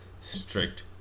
strict